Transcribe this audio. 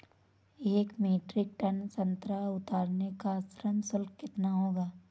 एक metric tonne संतरा उतारने का श्रम शुल्क कितना होगा?